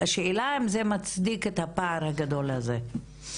השאלה אם זה מצדיק את הפער הגדול הזה.